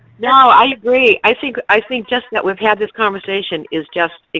you know i agree. i think i think just that we've had this conversation is just,